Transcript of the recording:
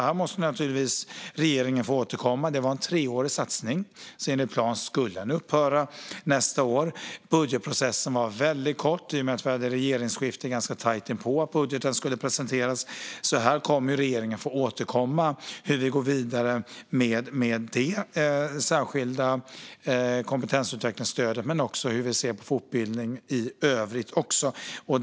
Här måste regeringen naturligtvis få återkomma - det var en treårig satsning, så den skulle upphöra nästa år enligt planen. Budgetprocessen var dessutom väldigt kort i och med att regeringsskiftet skedde ganska tajt inpå att budgeten skulle presenteras. Regeringen kommer alltså att få återkomma om hur vi går vidare med detta särskilda kompetensutvecklingsstöd och även om hur vi ser på fortbildning i övrigt.